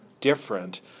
different